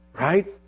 Right